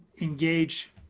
engage